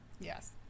Yes